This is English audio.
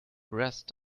rest